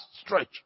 stretch